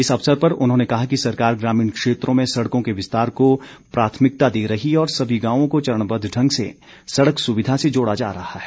इस अवसर पर उन्होंने कहा कि सरकार ग्रामीण क्षेत्रों में सड़कों के विस्तार को प्राथमिकता दे रही है और सभी गांवों को चरणबद्व ढंग से सड़क सुविधा से जोड़ा जा रहा है